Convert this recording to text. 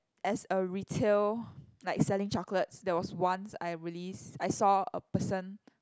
as a retail like selling chocolates there was once I really s~ I saw a person